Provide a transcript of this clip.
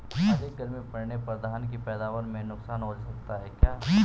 अधिक गर्मी पड़ने पर धान की पैदावार में नुकसान हो सकता है क्या?